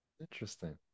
Interesting